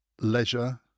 Leisure